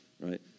right